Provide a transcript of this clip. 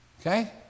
Okay